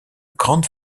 grande